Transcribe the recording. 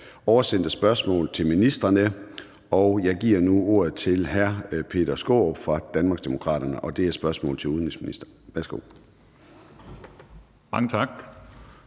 på spørgsmål nr. 1. Jeg giver nu ordet til hr. Peter Skaarup fra Danmarksdemokraterne, og det er et spørgsmål til udenrigsministeren. Kl.